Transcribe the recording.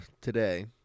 Today